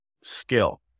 skill